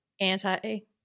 anti